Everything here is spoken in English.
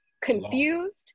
confused